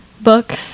books